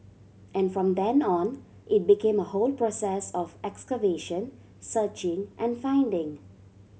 and from then on it became a whole process of excavation searching and finding